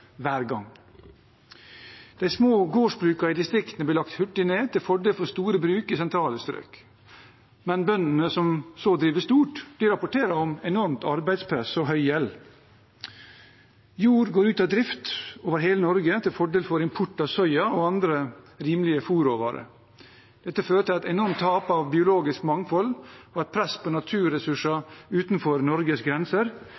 hver gang. De små gårdsbrukene i distriktene blir hurtig lagt ned til fordel for store bruk i sentrale strøk, men bøndene som så driver stort, rapporterer om enormt arbeidspress og høy gjeld. Jord går ut av drift over hele Norge til fordel for import av soya og andre rimelige fôrråvarer. Dette fører til et enormt tap av biologisk mangfold og et press på naturressurser utenfor Norges grenser